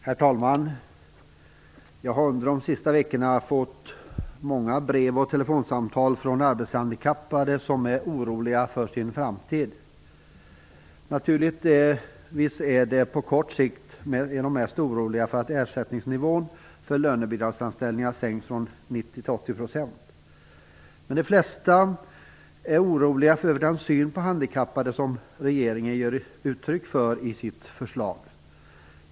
Herr talman! Jag har under de senaste veckorna fått många brev och telefonsamtal från arbetshandikappade som är oroliga över sin framtid. Naturligtvis är de på kort sikt mest oroliga för att ersättningsnivån för lönebidragsanställningar sänks från 90 % till 80 %. Men de flesta är oroliga över den syn på handikappade som regeringen har gett uttryck för i sitt förslag.